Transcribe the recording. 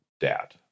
dad